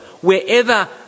wherever